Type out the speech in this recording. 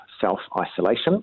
self-isolation